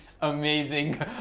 amazing